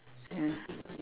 ya